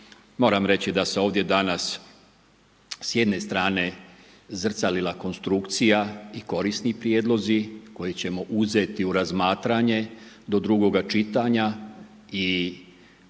moram reći da se ovdje danas s jedne strane zrcalila konstrukcija i korisni prijedlozi koje ćemo uzeti u razmatranje do drugoga čitanja i